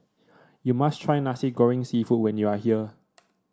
you must try Nasi Goreng seafood when you are here